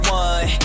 one